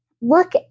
look